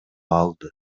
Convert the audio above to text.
алды